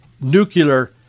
nuclear